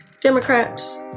Democrats